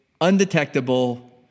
undetectable